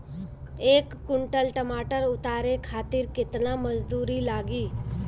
एक कुंटल टमाटर उतारे खातिर केतना मजदूरी लागी?